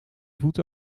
voet